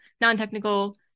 non-technical